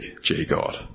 g-God